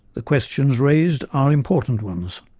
the questions raised are important ones